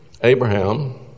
Abraham